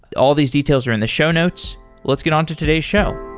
all these details are in the show notes. let's get on to today's show.